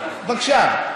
בבקשה.